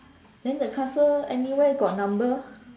then the castle anywhere got number